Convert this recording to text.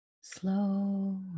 slow